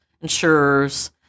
insurers